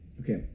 okay